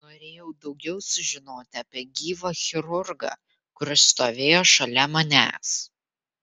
norėjau daugiau sužinoti apie gyvą chirurgą kuris stovėjo šalia manęs